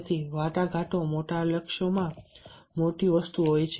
તેથી વાટાઘાટો મોટા લક્ષ્યો મોટી વસ્તુ માટે હોય છે